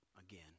again